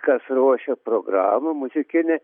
kas ruošia programą muzikinę